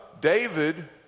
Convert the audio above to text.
David